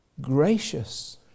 gracious